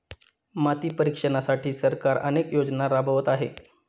माती परीक्षणासाठी सरकार अनेक योजना राबवत आहे